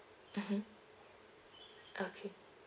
mmhmm okay